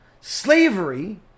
slavery